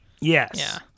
Yes